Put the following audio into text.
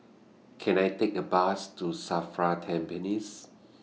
Can I Take A Bus to SAFRA Tampines